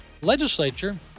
legislature